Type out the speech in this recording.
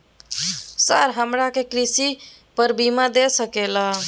Sir हमरा के कृषि पर बीमा दे सके ला?